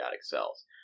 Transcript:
cells